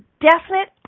definite